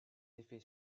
effets